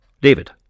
David